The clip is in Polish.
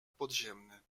podziemny